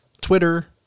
Twitter